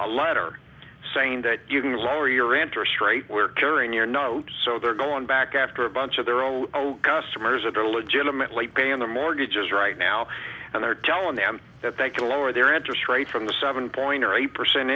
a letter saying that you can resign or your interest rate were during your note so they're going back after a bunch of their own customers that are legitimately paying their mortgages right now and they're telling them that they can lower their interest rate from the seven going or eight percent